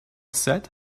set